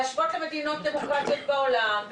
להשוות למדינות דמוקרטיות בעולם,